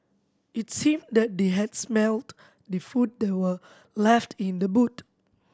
it seemed that they had smelt the food that were left in the boot